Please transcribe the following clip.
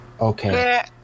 okay